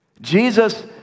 Jesus